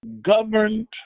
governed